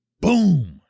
boom